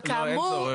אבל כאמור,